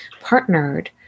partnered